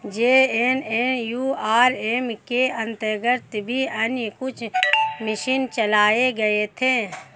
JNNURM के अंतर्गत भी अन्य कुछ मिशन चलाए गए थे